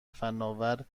فناور